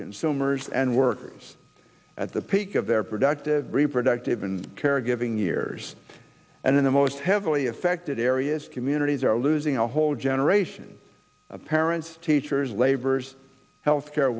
consumers and workers at the peak of their productive reproductive and caregiving years and in the most heavily affected areas communities are losing a whole generation of parents teachers laborers health care